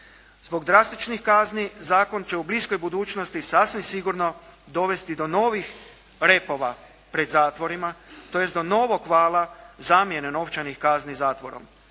Zbog drastičnih kazni zakon će u bliskoj budućnosti sasvim sigurno dovesti do novih repova pred zatvorima, tj. do novog vala zamjene novčanih kazni zatvorom,